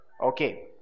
Okay